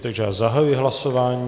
Takže já zahajuji hlasování.